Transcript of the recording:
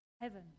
heaven